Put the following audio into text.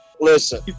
Listen